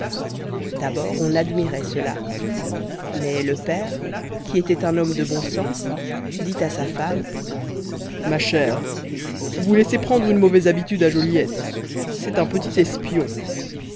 d'abord on admirait cela mais le père qui était un homme de bon sens dit à sa femme ma chère vous laissez prendre une mauvaise habitude à joliette c'est un petit espion